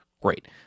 great